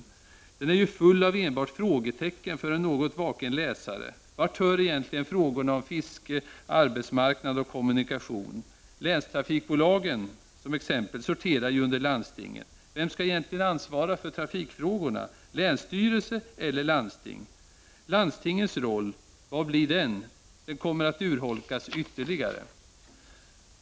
Propositionen är ju full av enbart frågetecken för en något vaken läsare. Vart hör egentligen frågorna om fiske, arbetsmarknad och kommunikation? Länstrafikbolagen, exempelvis, sorterar ju under landstingen. Vem skall egentligen ansvara för trafikfrågorna — länsstyrelse eller landsting? Vilken roll får landstingen? Landstingens roll kommer att urholkas ytterligare.